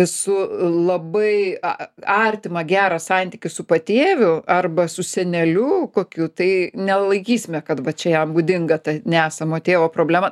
su labai a artimą gerą santykį su patėviu arba su seneliu kokiu tai nelaikysime kad va čia jam būdinga ta nesamo tėvo problema